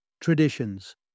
traditions